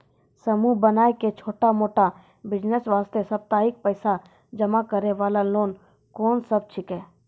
समूह बनाय के छोटा मोटा बिज़नेस वास्ते साप्ताहिक पैसा जमा करे वाला लोन कोंन सब छीके?